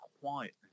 quietly